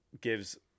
gives